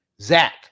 Zach